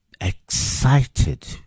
excited